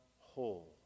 whole